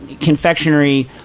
confectionery